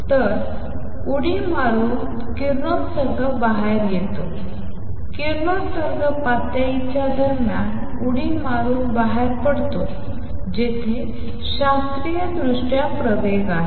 तर उडी मारून किरणोत्सर्ग बाहेर येतो किरणोत्सर्ग पातळीच्या दरम्यान उडी मारून बाहेर पडतो जिथे शास्त्रीयदृष्ट्या प्रवेग आहे